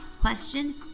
question